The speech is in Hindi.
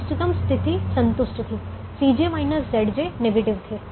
इष्टतम स्थिति संतुष्ट थी नेगेटिव थे